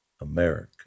America